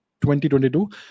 2022